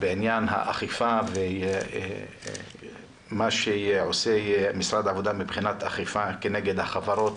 בעניין האכיפה ומה שעושה משרד העבודה מבחינת אכיפה כנגד החברות